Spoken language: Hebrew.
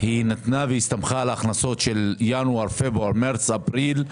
היא נתנה והסתמכה על ההכנסות של ינואר פברואר מרץ אפריל,